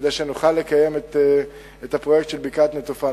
כדי שנוכל לקיים את הפרויקט של בקעת-נטופה.